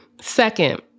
Second